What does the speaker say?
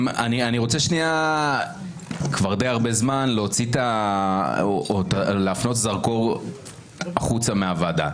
אני רוצה כבר די הרבה זמן להפנות זרקור אל מחוץ לוועדה.